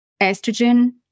estrogen